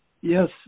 Yes